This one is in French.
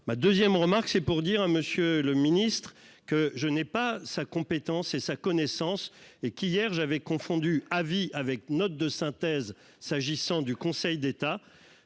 ma 2ème remarque c'est pour dire à Monsieur le Ministre que je n'ai pas sa compétence et sa connaissance et qui hier j'avais confondu avis avec note de synthèse s'agissant du Conseil d'État.